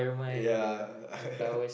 ya